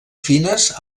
fines